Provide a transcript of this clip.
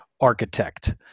architect